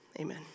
Amen